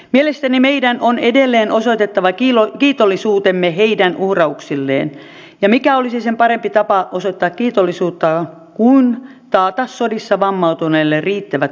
mielestäni meidän on edelleen osoitettava kiitollisuutemme heidän uhrauksilleen ja mikä olisi sen parempi tapa osoittaa kiitollisuutta kuin taata sodissa vammautuneille riittävät kunnalliset palvelut